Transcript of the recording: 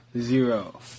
zero